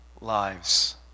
lives